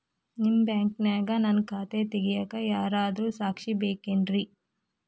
ನಿಮ್ಮ ಬ್ಯಾಂಕಿನ್ಯಾಗ ನನ್ನ ಖಾತೆ ತೆಗೆಯಾಕ್ ಯಾರಾದ್ರೂ ಸಾಕ್ಷಿ ಬೇಕೇನ್ರಿ?